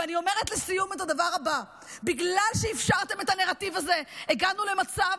ואני אומרת לסיום את הדבר הבא: בגלל שאפשרתם את הנרטיב הזה הגענו למצב